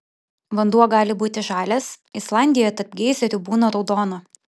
vanduo gali būti žalias islandijoje tarp geizerių būna raudono